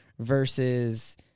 versus